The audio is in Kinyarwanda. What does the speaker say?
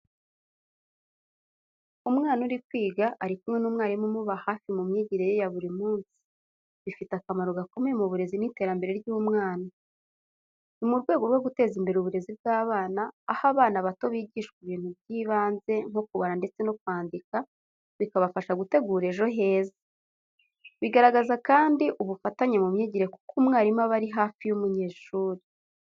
Umwana uri kwiga ari kumwe n'umwarimu umuba hafi mu myigire ye ya buri munsi, bifite akamaro gakomeye mu burezi n’iterambere ry’umwana. Ni mu rwego rwo guteza imbere uburezi bw’abana, aho abana bato bigishwa ibintu by’ibanze nko kubara ndetse no kwandika, bikabafasha gutegura ejo heza. Bigaragaza kandi ubufatanye mu myigire kuko mwarimu aba ari hafi y’umunyeshuri.